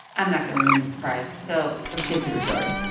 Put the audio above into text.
i'm not going to ruin the surprise. so let's get to the story